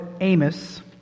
Amos